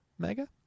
Mega